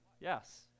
Yes